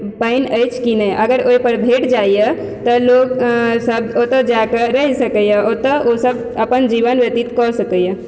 पानि अछि कि नहि अगर ओहि पर भेंट जाइए तऽ लोगसभ ओतए जाके रहि सकयए ओतए ओसभ अपन जीवन व्यतीत कऽ सकयए